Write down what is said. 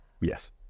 Yes